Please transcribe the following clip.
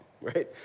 right